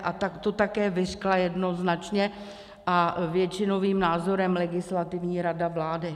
A tak to také vyřkla jednoznačně a většinovým názorem Legislativní rada vlády.